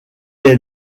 est